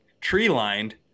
tree-lined